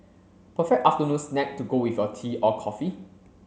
perfect afternoon snack to go with your tea or coffee